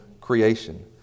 creation